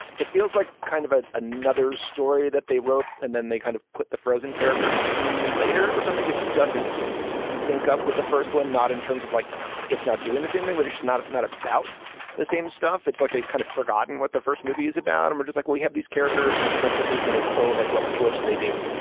it feels like kind of a another story that they wrote and then they kind of put the frozen characters in too later or something. it just doesn't sync up with the first one, not in terms of like it's not doing the same thing, which is not it, not about the same stuff. it's like they've kind of forgotten what the first movie is about. and we're just like we have these characters and the princesses and it's called like, what? which what should they do?